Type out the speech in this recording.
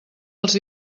els